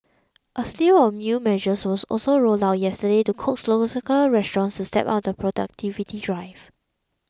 a slew of new measures was also rolled out yesterday to coax local restaurants to step up their productivity drive